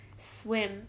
swim